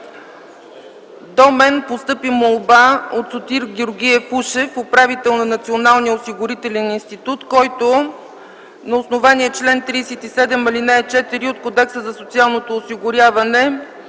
до мен постъпи молба от Сотир Георгиев Ушев – управител на Националния осигурителен институт, който на основание чл. 37, ал. 4 от Кодекса за социалното осигуряване